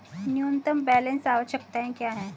न्यूनतम बैलेंस आवश्यकताएं क्या हैं?